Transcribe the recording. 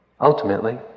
Ultimately